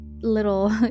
little